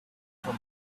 from